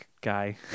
guy